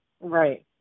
Right